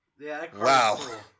wow